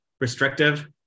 restrictive